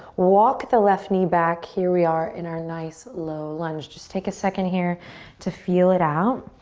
walk the left knee back. here we are in our nice low lunge. just take a second here to feel it out.